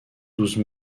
douze